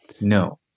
No